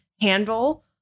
handle